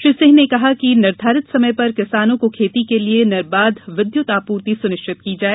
श्री सिंह ने कहा कि निर्धारित समय पर किसानों को खेती के लिये निर्बाध विद्युत आपूर्ति सुनिश्चित की जाए